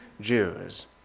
Jews